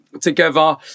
together